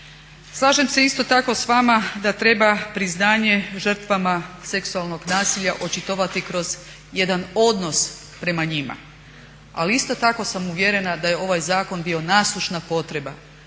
Slažem se isto tako s vama da treba priznanje žrtvama seksualnog nasilja očitovati kroz jedan odnos prema njima. Ali isto tako sam uvjerena da je ovaj zakon bio nasušna potreba,